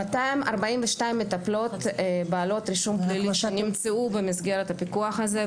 242 מטפלות בעלות רישום פלילי שנמצאו במסגרת הפיקוח הזה,